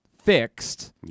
fixed